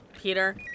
Peter